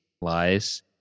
lies